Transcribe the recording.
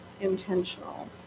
intentional